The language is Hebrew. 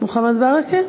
מוחמד ברכה.